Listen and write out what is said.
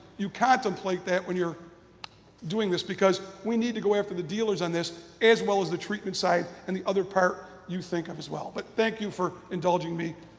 you contemplate that when you're doing this because, we need to go after the dealers on this, as well as the treatment side, and the other part you think of as well. but thank you for indulging me,